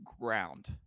ground